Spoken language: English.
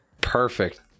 Perfect